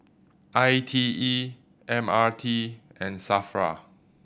I T E M R T and SAFRA